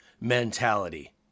mentality